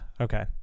Okay